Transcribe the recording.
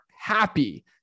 happy